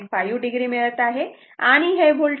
5 o मिळत आहे आणि हे होल्टेज 30